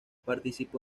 participó